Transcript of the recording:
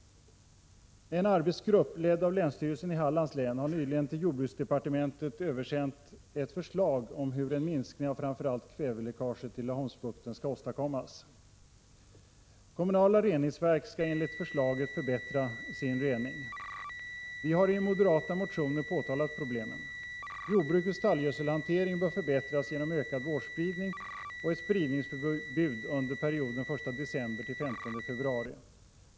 En arbetsgrupp, ledd av länsstyrelsen i Hallands län, har nyligen till jordbruksdepartementet översänt ett förslag om hur en minskning av framför allt kväveläckaget till Laholmsbukten skall åstadkommas. Kommunala reningsverk skall enligt förslaget förbättra sin rening. Vi har i moderata motioner påtalat problemen. Jordbrukets stallgödselhantering bör förbättras genom ökad vårspridning och ett spridningsförbud under perioden den 1 december till den 15 februari.